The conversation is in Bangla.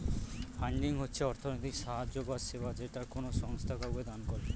ফান্ডিং হচ্ছে অর্থনৈতিক সাহায্য বা সেবা যেটা কোনো সংস্থা কাউকে দান করে